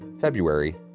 February